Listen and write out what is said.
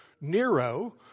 Nero